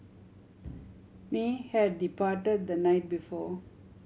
may had departed the night before